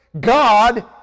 God